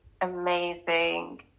amazing